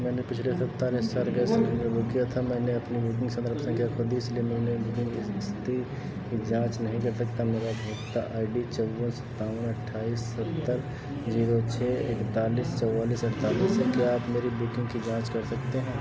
मैंने पिछले सप्ताह एस्सार गैस सिलेंडर बुक किया था मैंने अपनी बुकिंग संदर्भ संख्या खो दी इसलिए मैंने बुकिंग की स्थिति की जांच नहीं कर सकता मेरा उपभोक्ता आई डी चौवन सत्तावन अट्ठाईस सत्तर जीरो छः एकतालीस चौवालिस अड़तालीस है क्या आप मेरी बुकिंग की जांच कर सकते हैं